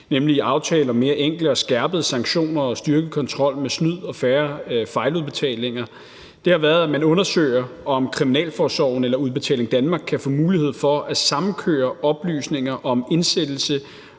nemlig en aftale om mere enkle og skærpede sanktioner, styrket kontrol med snyd og færre fejludbetalinger – er, at man undersøger, om kriminalforsorgen eller Udbetaling Danmark kan få mulighed for at samkøre oplysninger om indsættelse